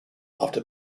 after